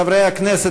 חברי הכנסת,